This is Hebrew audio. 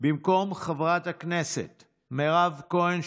במקום חברת הכנסת מירב כהן,